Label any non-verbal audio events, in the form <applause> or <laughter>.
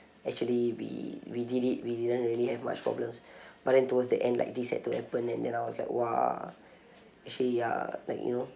actually we we did it we didn't really have much problems <breath> but then towards the end like this had to happen and then I was like !wah! actually ya like you know